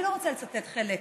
אני לא רוצה לצטט חלק